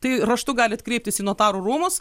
tai raštu galit kreiptis į notarų rūmus